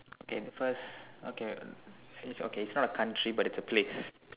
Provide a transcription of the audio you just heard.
and first okay it's okay it's not a country but it's a place